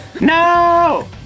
No